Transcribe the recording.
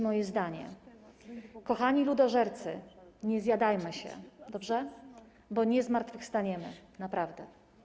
Moje zdanie// Kochani ludożercy/ nie zjadajmy się/ Dobrze/ Bo nie zmartwychwstaniemy/ Naprawdę”